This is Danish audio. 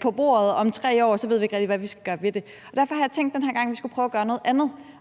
på bordet, og om 3 år ved vi ikke rigtig, hvad vi skal gøre ved det. Derfor har jeg tænkt, at vi den her gang skulle prøve at gøre noget andet